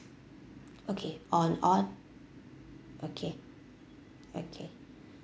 okay on on okay okay